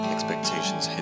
Expectations